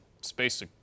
Space